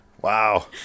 wow